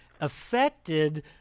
affected